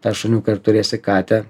tą šuniuką ir turėsi katę